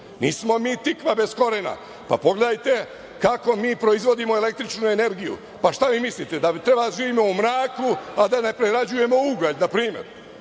nismo mi tikva bez korena. Pa, pogledajte kako mi proizvodimo električnu energiju, pa šta vi mislite da bi trebalo da živimo u mraku, a da ne prerađujemo ugalj, na primer.